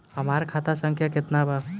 हमार खाता संख्या केतना बा?